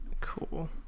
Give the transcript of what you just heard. Cool